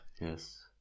Yes